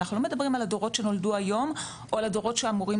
אנחנו לא מדברים על הדורות שנולדו היום או על הדורות שאמורים